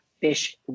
fish